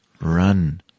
run